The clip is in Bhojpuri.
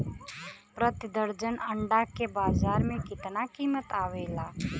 प्रति दर्जन अंडा के बाजार मे कितना कीमत आवेला?